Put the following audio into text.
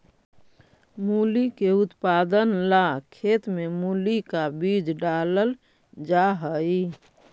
मूली के उत्पादन ला खेत में मूली का बीज डालल जा हई